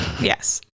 Yes